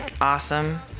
awesome